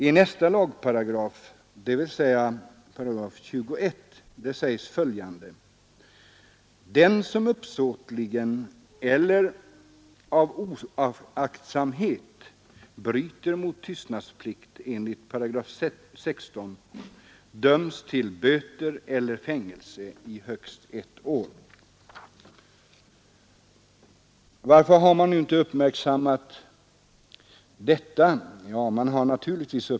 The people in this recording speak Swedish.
I nästa lagparagraf — dvs. 21 § sägs följande: ”Den som uppsåtligen eller av oaktsamhet bryter mot tystnadsplikt enligt 16 § dömes till böter eller fängelse i högst ett år.” Varför har man inte uppmärksammat detta?